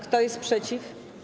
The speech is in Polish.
Kto jest przeciw?